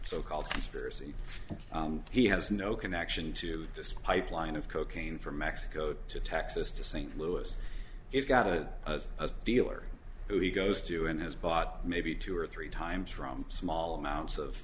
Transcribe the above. so called spears he has no connection to this pipeline of cocaine from mexico to texas to st louis he's got it as a dealer who he goes to and has bought maybe two or three times from small amounts of